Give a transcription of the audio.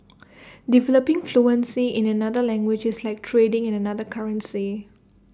developing fluency in another language is like trading in another currency